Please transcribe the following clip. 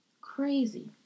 crazy